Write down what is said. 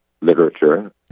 literature